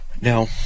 now